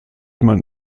man